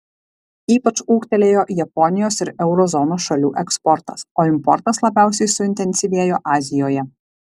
ypač ūgtelėjo japonijos ir euro zonos šalių eksportas o importas labiausiai suintensyvėjo azijoje